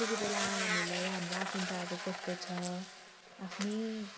त्यतीबेला हामीलाई हाम्रो आफन्तहरू कस्तो छ आफ्नै